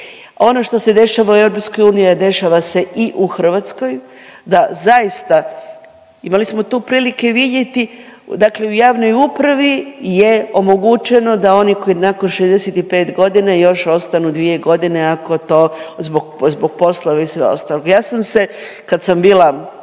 ono što se dešava u EU, a dešava se i u Hrvatskoj, da zaista, imali smo tu prilike i vidjeti dakle u javnoj upravi je omogućeno da oni koji nakon 65 godina još ostanu 2 godine ako to zbog posla i sve ostalog. Ja sam se, kad sam bila